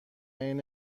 عین